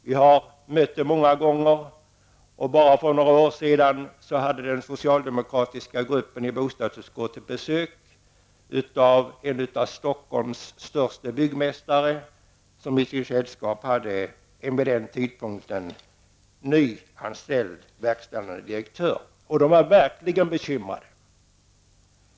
Vi har mött det många gånger och bara för några år sedan hade den socialdemokratiska gruppen i bostadsutskottet besök av en av Stockholms största byggmästare som i sitt sällskap hade en vid den tidpunkten nyanställd verkställande direktör. De var verkligen bekymrade.